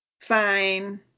fine